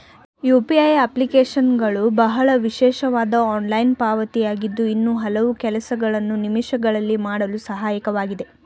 UPA ಅಪ್ಲಿಕೇಶನ್ಗಳು ಬಹಳ ವಿಶೇಷವಾದ ಆನ್ಲೈನ್ ಪಾವತಿ ಆಗಿದ್ದು ಇನ್ನೂ ಹಲವು ಕೆಲಸಗಳನ್ನು ನಿಮಿಷಗಳಲ್ಲಿ ಮಾಡಲು ಸಹಾಯಕವಾಗಿದೆ